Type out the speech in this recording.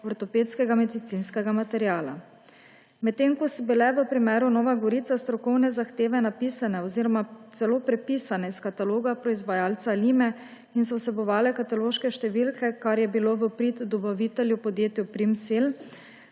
ortopedskega medicinskega materiala, medtem ko so bile v primeru Nove Gorice strokovne zahteve napisane oziroma celo prepisane iz kataloga proizvajalca Lima in so vsebovale kataloške številke, kar je bilo v prid dobavitelju podjetju Primsell.